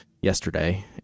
yesterday